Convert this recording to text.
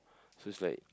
so it's like